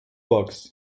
books